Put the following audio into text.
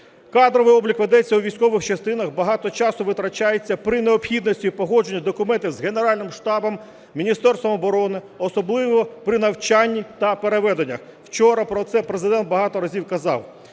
Кадровий облік ведеться у військових частинах, багато часу витрачається при необхідності погодження документів з Генеральним штабом, Міністерством оборони, особливо при навчанні та переведеннях. Вчора про це Президент багато разів казав.